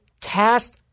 cast